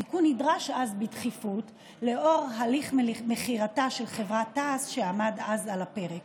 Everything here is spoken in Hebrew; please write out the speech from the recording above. התיקון נדרש אז בדחיפות לאור הליך מכירתה של חברת תע"ש שעמד אז על הפרק.